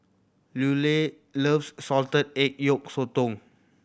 Luella loves salted egg yolk sotong